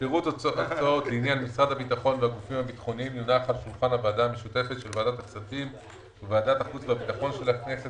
מביאים בחשבון הגובה של 70% מהיקפי התמיכה שהיו בשנים